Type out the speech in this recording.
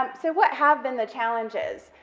um so what have been the challenges,